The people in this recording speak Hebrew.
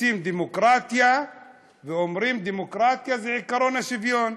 רוצים דמוקרטיה ואומרים שדמוקרטיה זה עקרון השוויון,